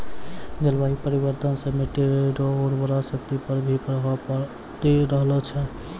जलवायु परिवर्तन से मट्टी रो उर्वरा शक्ति पर भी प्रभाव पड़ी रहलो छै